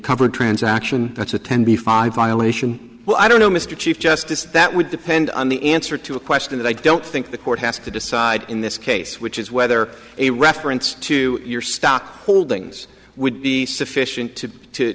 cover transaction that's a ten b five violation well i don't know mr chief justice that would depend on the answer to a question that i don't think the court has to decide in this case which is whether a reference to your stock holdings would be sufficient to